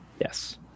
Yes